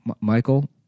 Michael